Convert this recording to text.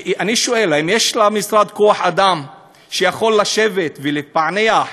אני שואל: האם יש למשרד כוח-אדם שיכול לשבת ולפענח